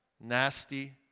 Nasty